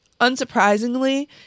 unsurprisingly